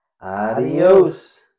adios